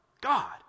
God